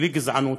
בלי גזענות,